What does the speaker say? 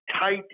tight